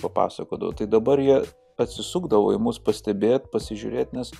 čia pasakodavo tai dabar jie atsisukdavo į mus pastebėt pasižiūrėt nes